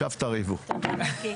הישיבה ננעלה בשעה